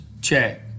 Check